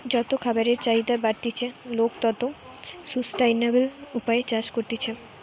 যত খাবারের চাহিদা বাড়তিছে, লোক তত সুস্টাইনাবল উপায়ে চাষ করতিছে